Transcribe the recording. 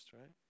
right